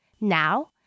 Now